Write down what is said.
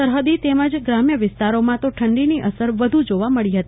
સરહદી તેમજ ગ્રામ્ય વિસ્તારોમાં તો ઠંડીની અસર વધુ જોવા મળી હતી